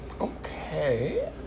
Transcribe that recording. okay